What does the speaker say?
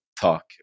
talk